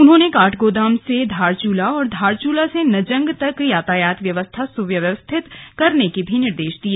उन्होंने काठगोदाम से धारचूला और धारचूला से नजंग तक यातायात व्यवस्था सुव्यवस्थित करने के निर्देश भी दिए